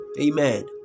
Amen